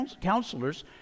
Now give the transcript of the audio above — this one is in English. counselors